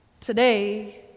Today